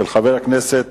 של חבר הכנסת